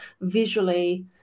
visually